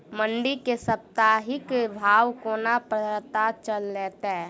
मंडी केँ साप्ताहिक भाव कोना पत्ता चलतै?